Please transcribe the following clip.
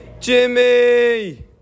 Jimmy